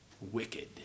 wicked